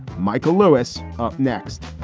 michael lewis next